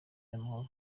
y’amahoro